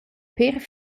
pér